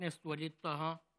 חבר הכנסת ווליד טאהא,